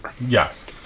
Yes